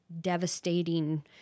devastating